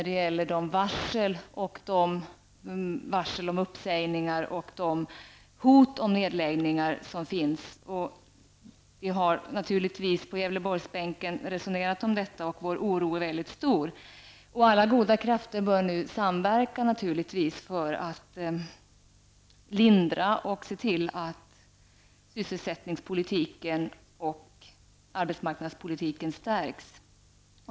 Det förekommer varsel om uppsägningar och hot om nedläggningar. Vi på Gävleborgsbänken har naturligtvis resonerat om detta och vår oro är mycket stor. Alla goda krafter bör nu samverka för att lindra effekterna och för att se till att sysselsättningspolitiken och arbetsmarknadspolitiken förstärks.